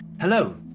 Hello